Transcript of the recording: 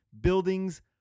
buildings